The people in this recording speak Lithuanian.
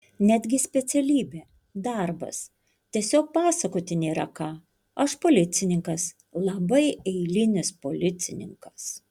netgi specialybė darbas tiesiog pasakoti nėra ką aš policininkas labai eilinis policininkas